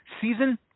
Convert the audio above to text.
season